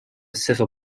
civil